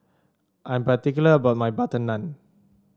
I'm particular about my butter naan